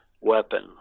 weapon